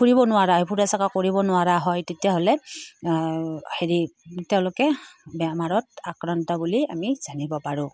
ফুৰিব নোৱাৰা হয় ফুৰা চকা কৰিব নোৱাৰা হয় তেতিয়াহ'লে হেৰি তেওঁলোকে বেমাৰত আক্ৰান্ত বুলি আমি জানিব পাৰোঁ